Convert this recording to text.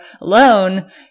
alone